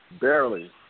barely